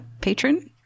patron